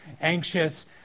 anxious